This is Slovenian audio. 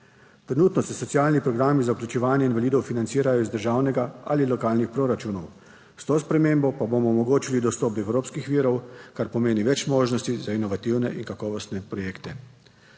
Trenutno se socialni programi za vključevanje invalidov financirajo iz državnega ali lokalnih proračunov, s to spremembo pa bomo omogočili dostop do evropskih virov, kar pomeni več možnosti za inovativne in kakovostne projekte.